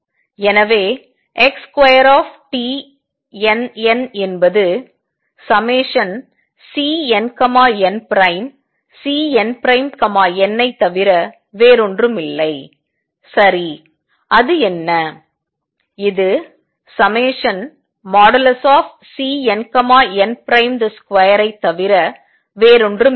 எனவே x2tnn என்பது ∑CnnCnn ஐ தவிர வேறொன்றுமில்லை சரி அது என்ன இது ∑|Cnn |2ஐ தவிர வேறொன்றுமில்லை